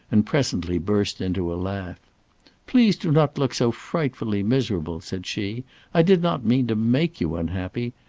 and presently burst into a laugh please do not look so frightfully miserable! said she i did not mean to make you unhappy.